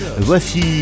Voici